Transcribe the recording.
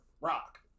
Rock